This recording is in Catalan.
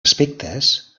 aspectes